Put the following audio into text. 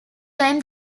time